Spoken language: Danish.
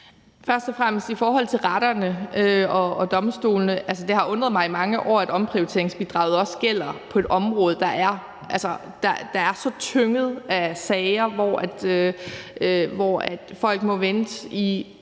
Først og fremmest har det i forhold til retterne og domstolene undret mig i mange år, at omprioriteringsbidraget også gælder på et område, der er så tynget af sager, og hvor folk må vente i